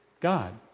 God